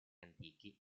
antichi